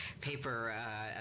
paper